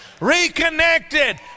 reconnected